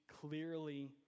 clearly